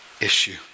issue